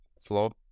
flow